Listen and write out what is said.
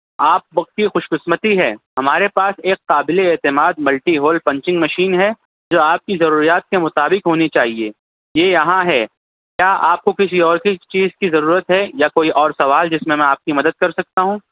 آپ وقتی خوش قسمتی ہے ہمارے پاس ایک قابل اعتماد ملٹی ہول پنچنگ مشین ہے جو آپ کی ضروریات کے مطابق ہونی چاہیے یہ یہاں ہے کیا آپ کو کسی اور چیز کی ضرورت ہے یا کوئی اور سوال جس میں میں آپ کی مدد کر سکتا ہوں